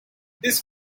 this